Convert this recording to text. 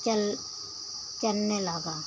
चल चलने लगा